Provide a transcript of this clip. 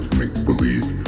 make-believe